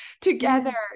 together